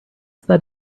that